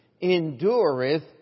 endureth